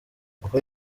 uko